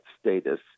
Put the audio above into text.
status